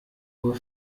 uhr